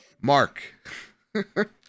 Mark